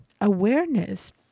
awareness